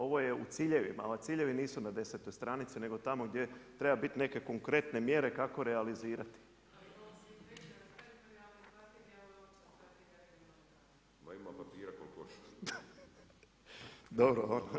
Ovo je u ciljevima, a ciljevi nisu na 10. stranici, nego tamo gdje treba bit neke konkretne mjere kako realizirati. … [[Upadica sa strane, ne čuje se.]] [[Upadica Bulj: Ma ima papira koliko hoćeš!]] Dobro.